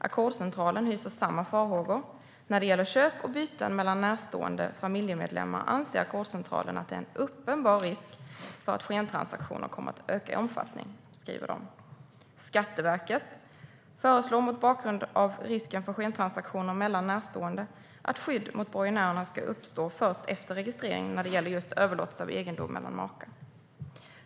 Ackordscentralen hyser samma farhågor: När det gäller köp och byten mellan närstående familjemedlemmar, anser Ackordscentralen att det är en uppenbar risk för att skentransaktioner kommer öka i omfattning. Skatteverket föreslår, mot bakgrund av risken för skentransaktioner mellan närstående, att skydd mot borgenärerna ska uppstå först efter registrering när det gäller just överlåtelse av egendom mellan makar.